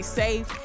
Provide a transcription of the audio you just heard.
safe